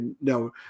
no